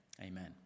amen